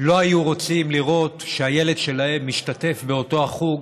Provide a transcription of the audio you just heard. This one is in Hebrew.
לא היו רוצים לראות שהילד שלהם משתתף באותו החוג